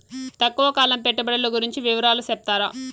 తక్కువ కాలం పెట్టుబడులు గురించి వివరాలు సెప్తారా?